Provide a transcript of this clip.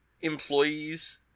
employees